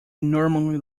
normally